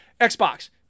Xbox